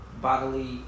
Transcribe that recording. bodily